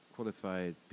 qualified